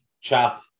chap